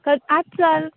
क आज चल